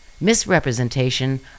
misrepresentation